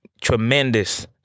tremendous